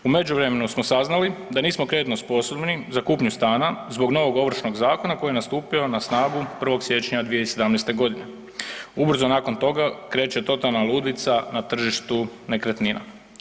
U međuvremenu smo saznali da nismo kreditno sposobni za kupnju stana zbog novog Ovršnog zakona koji je nastupio na snagu 1. siječnja 2017. g. Ubrzo nakon toga kreće totalna ludnica na tržištu nekretnina.